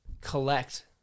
collect